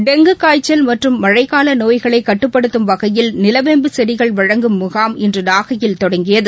dengue காய்ச்சல் மற்றும் மனழக்னூல நோய்களை கட்டுப்படுத்தும் வகையில் நிலவேம்பு செடிகள் வழங்கும் முகாம் இன்று நாகையில் தொடங்கியது